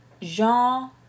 Jean